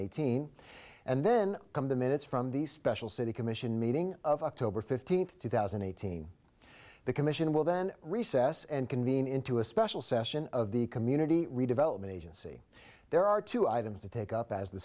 eighteen and then come the minutes from the special city commission meeting of october fifteenth two thousand and eighteen the commission will then recess and convene into a special session of the community redevelopment agency there are two items to take up as the